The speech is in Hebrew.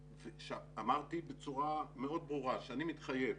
אמרתי בצורה מאוד ברורה שאני מתחייב,